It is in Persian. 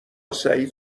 سعید